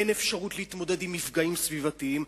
אין אפשרות להתמודד עם מפגעים סביבתיים,